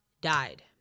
died